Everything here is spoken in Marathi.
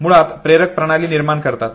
मुळात प्रेरक प्रणाली निर्माण करतात